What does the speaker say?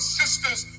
sisters